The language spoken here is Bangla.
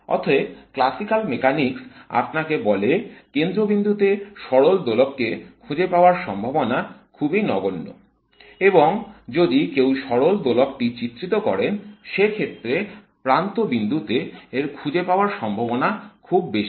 অতএব ক্লাসিকাল মেকানিক্স আপনাকে বলে কেন্দ্রবিন্দুতে সরল দোলক কে খুঁজে পাওয়ার সম্ভাবনা খুবই নগণ্য এবং যদি কেউ সরল দোলক টি চিত্রিত করেন সে ক্ষেত্রে প্রান্ত বিন্দুতে এর খুঁজে পাওয়ার সম্ভাবনা খুব বেশি